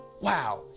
Wow